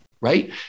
right